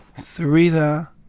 syreeta